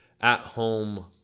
at-home